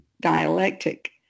dialectic